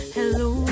Hello